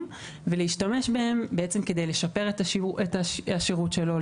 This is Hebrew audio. ולהשתמש בהם כדי לשפר את השירות שלו,